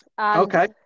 Okay